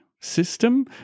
system